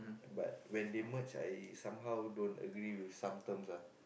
but when they merge I somehow don't agree with some terms ah